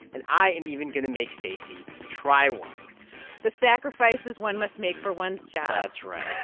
and i am even going to make stacey try one the sacrifices one must make for one's job. that's right